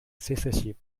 censorship